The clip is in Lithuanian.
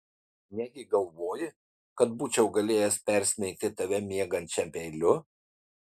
negi galvoji kad būčiau galėjęs persmeigti tave miegančią peiliu